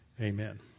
Amen